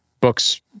Books